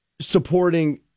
supporting